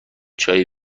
چایی